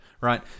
Right